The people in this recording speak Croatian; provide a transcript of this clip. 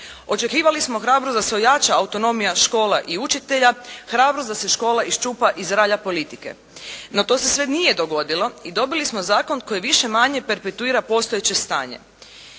Očekivali smo hrabrost da se ojača autonomija škola i učitelja, hrabrost da se škola iščupa iz ralja politike. No, to se sve nije dogodilo i dobili smo zakon koji više-manje perpetuira postojeće stanje.